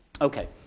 okay